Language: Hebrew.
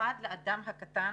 במיוחד לאדם הקטן